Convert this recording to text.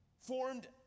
formed